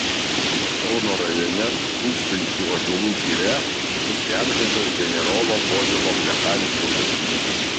kauno rajone tūkstančių ąžuolų giria bus įamžintas generolo povilo plechavičiaus atminimas